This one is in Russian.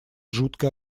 жуткое